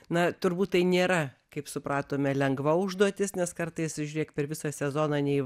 na turbūt tai nėra kaip supratome lengva užduotis nes kartais žiūrėk per visą sezoną nei